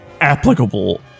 applicable